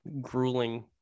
grueling